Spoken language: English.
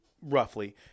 roughly